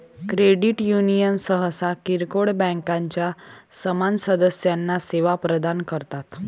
credit union सहसा किरकोळ बँकांच्या समान सदस्यांना सेवा प्रदान करतात